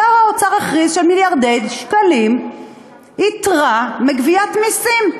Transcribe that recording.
שר האוצר הכריז שיש מיליארדי שקלים יתרה מגביית מסים,